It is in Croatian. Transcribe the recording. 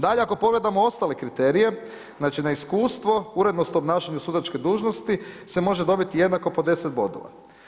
Dalje, ako pogledamo ostale kriterije, znači na iskustvo, urednost u obnašanju sudačke dužnosti, se može dobiti jednako po 10 bodova.